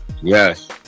Yes